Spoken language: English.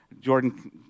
Jordan